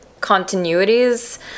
continuities